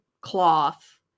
cloth